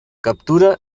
captura